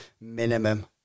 minimum